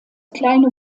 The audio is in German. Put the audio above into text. kleine